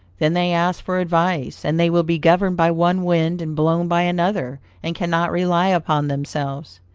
then they ask for advice, and they will be governed by one wind and blown by another, and cannot rely upon themselves.